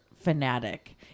fanatic